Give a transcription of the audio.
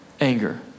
Anger